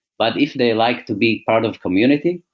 but if they like to be part of community,